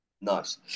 nice